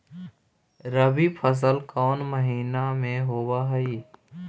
रबी फसल कोन महिना में होब हई?